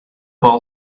ball